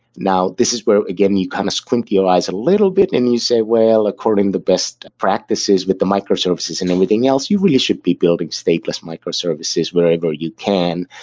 now, this is where again you kind of squint your eyes a little bit and you say, well, according to best practices with the microservices and anything else, you really should be building stateless microservices wherever you can.